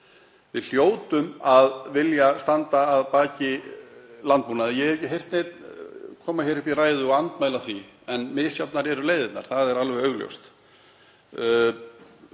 Við hljótum að vilja standa við bakið á landbúnaðinum, ég hef ekki heyrt neinn koma hér upp í ræðu og andmæla því. En misjafnar eru leiðirnar, það er alveg augljóst.